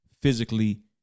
physically